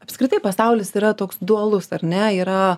apskritai pasaulis yra toks dualus ar ne yra